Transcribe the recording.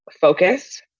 focus